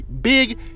big